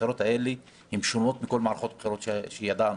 הבחירות הזאת שונה מכל מערכות הבחירות שידענו.